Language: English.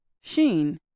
sheen